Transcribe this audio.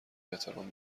احترام